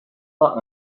pas